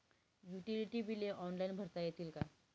Utility बिले online भरता येतील का?